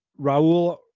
raul